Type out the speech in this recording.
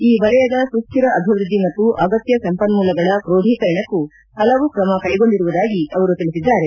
ಈ ವಲಯದ ಸುಸ್ಹಿರ ಅಭಿವೃದ್ದಿ ಮತ್ತು ಅಗತ್ಯ ಸಂಪನ್ಮೂಲಗಳ ಕ್ರೋಢೀಕರಣಕ್ಕೂ ಹಲವು ಕ್ರಮಕ್ಕೆಗೊಂಡಿರುವುದಾಗಿ ತಿಳಿಸಿದ್ದಾರೆ